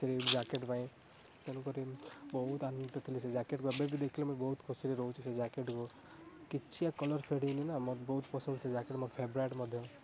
ସେଇ ଜ୍ୟାକେଟ୍ ପାଇଁ ତେଣୁକରି ବହୁତ ଆନନ୍ଦିତ ଥିଲି ସେ ଜ୍ୟାକେଟ୍କୁ ଏବେବି ଦେଖିଲେ ମୋ ବହୁତ ଖୁସିରେ ରହୁଛି ସେ ଜ୍ୟାକେଟ୍କୁ କିଛି କଲର ଫେଡ଼୍ ହେଇନିନା ମୋର ବହୁତ ପସନ୍ଦ ସେ ଜ୍ୟାକେଟ୍ ମୋର ଫେବରାଇଟ୍ ମଧ୍ୟ